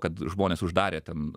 kad žmonės uždarė ten